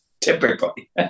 typically